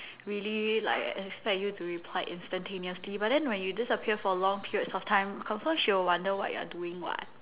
really like expect you to replied instantaneously but then when you disappear for long periods of time confirm she will wonder what you're doing [what]